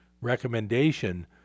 recommendation